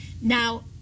Now